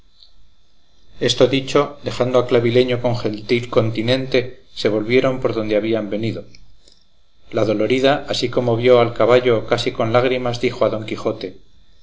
esto dicho dejando a clavileño con gentil continente se volvieron por donde habían venido la dolorida así como vio al caballo casi con lágrimas dijo a don quijote